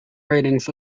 ratings